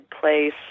place